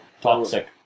Toxic